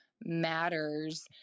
matters